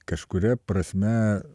kažkuria prasme